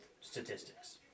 statistics